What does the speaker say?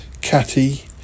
Catty